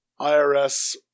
IRS